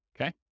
okay